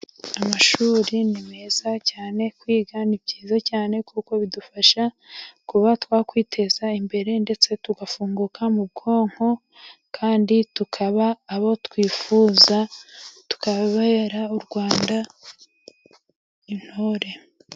Amashuri ni meza cyane, kwiga ni byiza cyane, kuko bidufasha kuba twakwiteza imbere, ndetse tugafunguka mu bwonko, kandi tukaba abo twifuza tukabera u Rwanda intore.